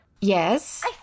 Yes